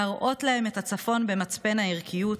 להראות להם את הצפון במצפן הערכיות,